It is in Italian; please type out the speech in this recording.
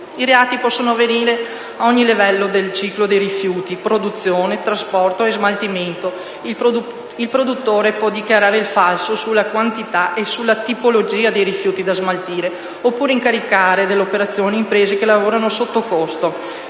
I reati possono avvenire ogni livello del ciclo dei rifiuti: produzione, trasporto e smaltimento. Il produttore può dichiarare il falso sulla quantità o sulla tipologia di rifiuti da smaltire, oppure incaricare dell'operazione imprese che lavorano sottocosto,